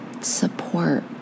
Support